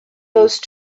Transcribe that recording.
those